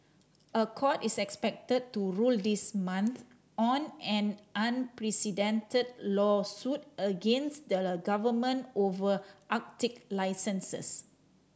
a court is expected to rule this month on an unprecedented lawsuit against the government over Arctic licenses